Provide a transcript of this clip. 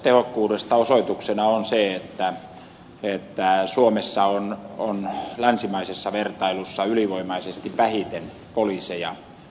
tästä tehokkuudesta osoituksena on se että suomessa on länsimaisessa vertailussa ylivoimaisesti vähiten poliiseja suhteessa väkilukuun